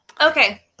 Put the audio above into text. okay